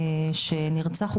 שנרצח,